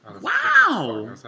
Wow